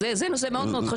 זה נושא מאוד מאוד חשוב.